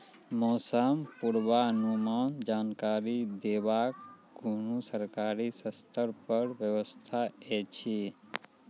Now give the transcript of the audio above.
मौसम पूर्वानुमान जानकरी देवाक कुनू सरकारी स्तर पर व्यवस्था ऐछि?